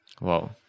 Wow